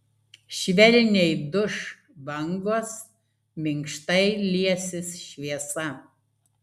švelniai duš bangos minkštai liesis šviesa